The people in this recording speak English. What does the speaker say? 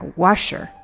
washer